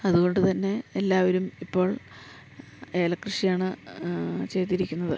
അതു കൊണ്ട് തന്നെ എല്ലാവരും ഇപ്പോൾ ഏല കൃഷിയാണ് ചെയ്തിരിക്കുന്നത്